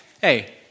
hey